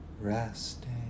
Resting